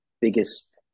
biggest